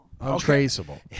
Untraceable